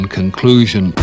conclusion